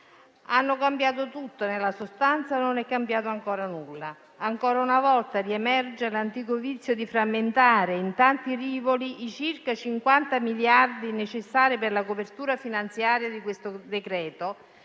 hanno cambiato tutto, ma nella sostanza non è cambiato ancora nulla. Ancora una volta riemerge l'antico vizio di frammentare in tanti rivoli i circa 50 miliardi necessari per la copertura finanziaria del decreto-legge